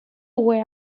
where